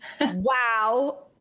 Wow